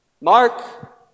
Mark